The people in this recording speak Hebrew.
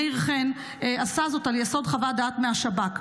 מאיר חן עשה זאת על יסוד חוות דעת מהשב"כ.